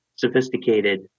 sophisticated